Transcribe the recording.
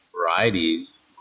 varieties